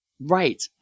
Right